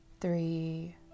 three